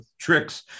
tricks